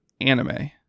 anime